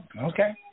Okay